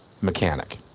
mechanic